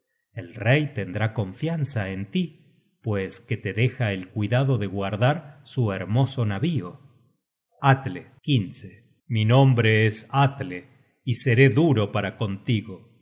el rey tendrá confianza en tí pues que te deja el cuidado de guardar su hermoso navío atle mi nombre es atle y seré duro para contigo